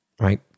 right